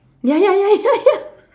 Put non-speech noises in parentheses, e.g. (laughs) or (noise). ya ya ya ya ya (laughs)